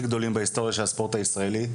גדולים בהיסטוריה של הספורט הישראלי: